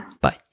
Bye